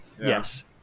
Yes